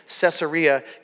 Caesarea